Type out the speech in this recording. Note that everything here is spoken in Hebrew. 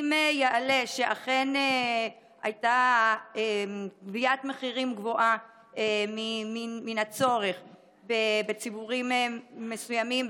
אם יעלה שאכן הייתה גביית מחירים גבוהה מן הצורך בציבורים מסוימים,